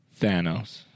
Thanos